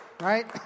Right